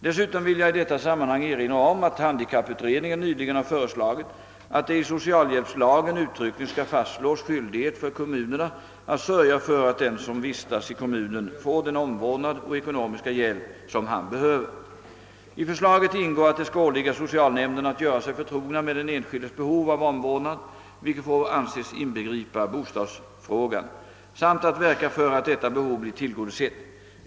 Dessutom vill jag i detta sammanhang erinra om att handikapputredningen nyligen har föreslagit, att det i socialhjälpslagen uttryckligen skall fastslås skyldighet för kommunerna att sörja för att den som vistas i kommunen får den omvårdnad och ekonomiska hjälp som han behöver. I förslaget ingår att det skall åligga socialnämnderna att göra sig förtrogna med den enskildes behov av omvårdnad — vilket får anses inbegripa bostadsfrågan — samt att verka för att detta behov blir tillgodosett.